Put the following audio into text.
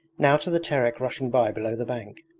now to the terek rushing by below the bank.